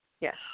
Yes